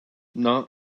not